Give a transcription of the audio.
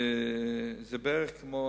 זה בערך כמו